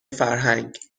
فرهنگ